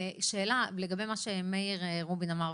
לגבי מה שמאיר רובין אמר,